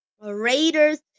Raiders